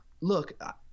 look